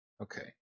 okay